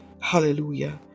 Hallelujah